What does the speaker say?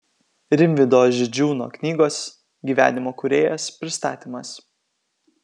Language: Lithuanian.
rimvydo židžiūno knygos gyvenimo kūrėjas pristatymas